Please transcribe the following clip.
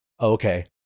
okay